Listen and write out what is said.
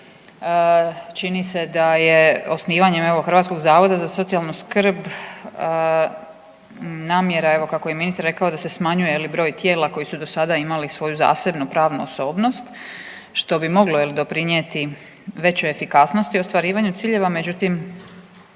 Čini se da je osnivanjem evo Hrvatskog zavoda za socijalnu skrb namjera evo kako je i ministar rekao da se smanjuje broj tijela koji su do sada imali svoju zasebnu pravnu osobnost što bi moglo doprinijeti većoj efikasnosti ostvarivanju ciljeva. Međutim,